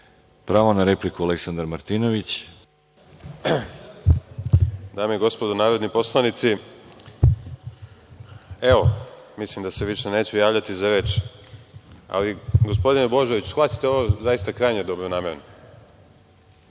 Martinović. **Aleksandar Martinović** Dame i gospodo narodni poslanici, mislim da se više neću javljati za reč. Gospodine Božoviću, shvatite ovo zaista krajnje dobronamerno.